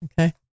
Okay